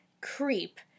creep